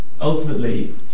ultimately